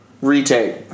Retake